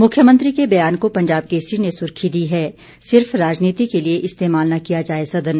मुख्यमंत्री के बयान को पंजाब केसरी ने सुर्खी दी है सिर्फ राजनीति के लिये इस्तेमाल न किया जाए सदन